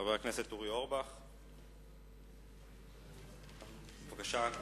חבר הכנסת אורי אורבך, תודה רבה.